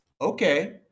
Okay